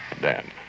Dan